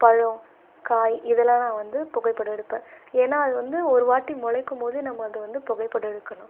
பழம் காய் இதெல்லாம் நான் வந்து புகைப்படம் எடுப்பேன் ஏன்னா அது வந்து ஒரு வாட்டி முளைக்கும் போதே நம்ம அதை வந்து புகைப்படம் எடுக்கணும்